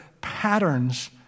patterns